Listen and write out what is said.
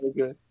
okay